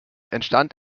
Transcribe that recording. entstand